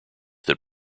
that